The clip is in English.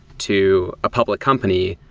to a public company.